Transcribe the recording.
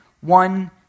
one